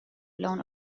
blown